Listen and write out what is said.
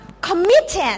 committed